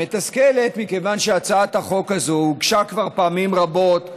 היא מתסכלת מכיוון שהצעת החוק הזאת הוגשה כבר פעמים רבות לכנסת,